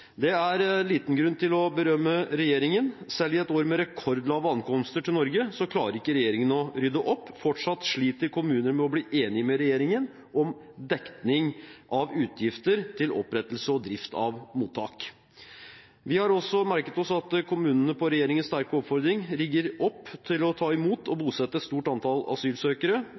Det er liten grunn til å berømme regjeringen. Selv i et år med rekordlave ankomster til Norge klarer ikke regjeringen å rydde opp. Fortsatt sliter kommuner med å bli enige med regjeringen om dekning av utgifter til opprettelse og drift av mottak. Vi har også merket oss at kommunene på regjeringens sterke oppfordring rigger opp til å ta imot og bosette et stort antall asylsøkere.